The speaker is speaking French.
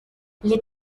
les